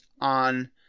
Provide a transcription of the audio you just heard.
on